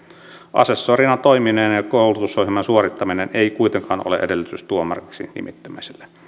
asessorina toimiminen ja koulutusohjelman suorittaminen ei kuitenkaan ole edellytys tuomariksi nimittämiselle